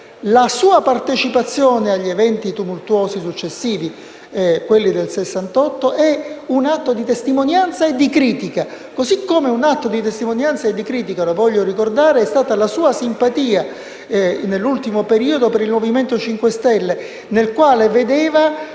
La sua partecipazione ai tumultuosi eventi successivi, quelli del Sessantotto, è un atto di testimonianza e di critica. Così come un atto di testimonianza e di critica è stata la sua simpatia, nell'ultimo periodo, per il Movimento 5 Stelle, nel quale vedeva